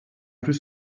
plus